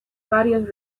varios